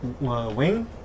wing